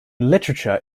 literature